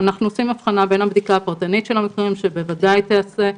אנחנו עושים הבחנה בין הבדיקה הפרטנית של הממצאים שבוודאי תיעשה,